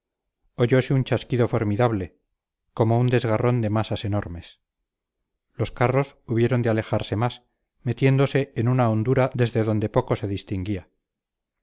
caído oyose un chasquido formidable como un desgarrón de masas enormes los carros hubieron de alejarse más metiéndose en una hondura desde donde poco se distinguía